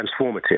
transformative